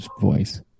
voice